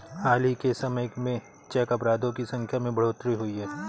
हाल ही के समय में चेक अपराधों की संख्या में बढ़ोतरी हुई है